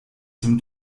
zum